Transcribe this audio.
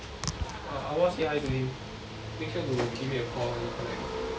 uh I want say hi to him make sure to give me a call when he collect